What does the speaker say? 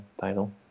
title